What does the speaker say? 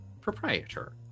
proprietor